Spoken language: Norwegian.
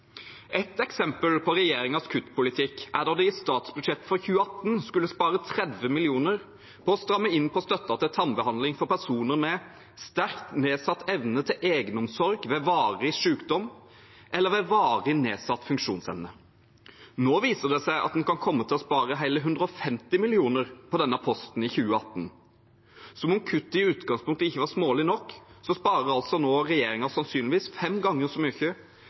eksempel på regjeringens kuttpolitikk er da de i statsbudsjettet for 2018 skulle spare 30 mill. kr på å stramme inn på støtten til tannbehandling for personer med «sterkt nedsatt evne til egenomsorg», ved «varig sykdom» eller ved «varig nedsatt funksjonsevne». Nå viser det seg at man kan komme til å spare hele 150 mill. kr på denne posten i 2018. Som om kuttet i utgangspunktet ikke var smålig nok, sparer altså regjeringen nå sannsynligvis fem ganger så